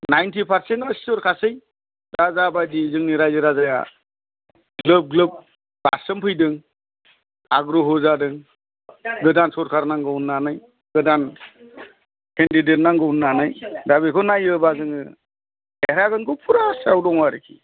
ninety percent आ सिय'र खासै दा जाबायदि जोंनि रायजो राजाया ग्लोब ग्लोब बारसोम फैदों आग्र'ह जादों गोदान सरकार नांगौ होन्नानै गोदान केण्डिदेट नांगौ होननानै दा बेखौ नायोबा जोंङो देरहागोनखौ पुरा आसायाव दं आरोखि